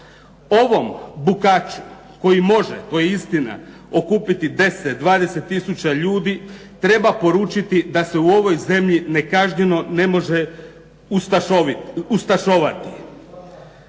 Ovom bukaču koji može to je istina okupiti 10, 20 tisuća ljudi treba poručiti da se u ovoj zemlji nekažnjeno ne može ustašovati.